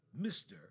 Mr